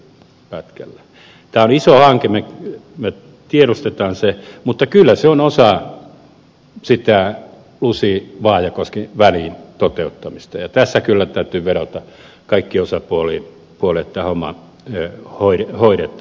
tämä on iso hanke me tiedostamme sen mutta kyllä se on osa sitä lusivaajakoski välin toteuttamista ja tässä kyllä täytyy vedota kaikkiin osapuoliin että tämä homma hoidetaan